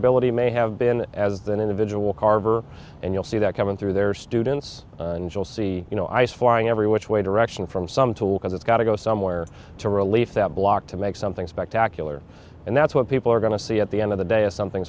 ability may have been as the an individual carver and you'll see that coming through their students and you'll see you know ice flying every which way to russian from some tool because it's got to go somewhere to relief that block to make something spectacular and that's what people are going to see at the end of the day is something